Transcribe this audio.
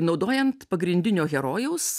naudojant pagrindinio herojaus